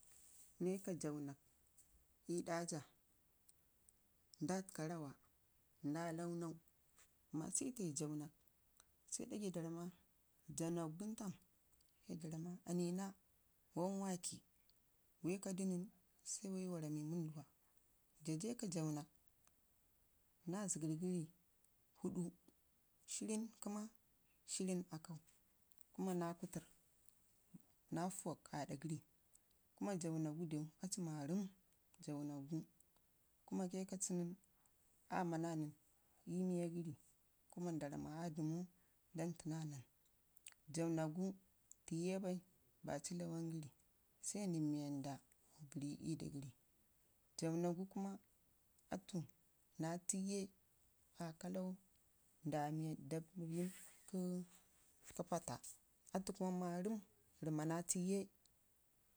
Na ika jaawənak ii ɗa ja, nda təka rawa nda launau ma, sitai jaawənak sai ɗagai da ramma, jaa wənak nən tam sai da ramma, anina wan waki, waikadu nən se wa rami wunduwa jaa jaika jaawənak naa zəgərrgəri fuɗu, shirrən koma shirrən aakau kuma naa kutərr naa foowak aɗa gəri kuma jaawənakgu dew aci marəm jaawənakgu, kuma kai kaci nən aama na nən ii miyagəri kuma da ramma aa dəmu dan ci naa, nən. Jaawənakgu tiye bai baci lwan qri sai nən wanda vərke ii daa gəri jaawənakgu kuma ati kuma maram rammana tiye.